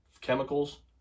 chemicals